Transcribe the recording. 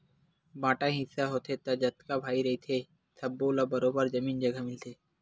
बांटा हिस्सा होथे त जतका भाई रहिथे सब्बो ल बरोबर जमीन जघा मिलथे